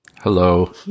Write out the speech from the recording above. Hello